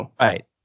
Right